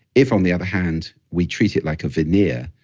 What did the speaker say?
if, on the other hand, we treat it like a veneer,